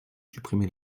supprimez